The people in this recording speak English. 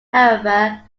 however